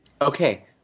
Okay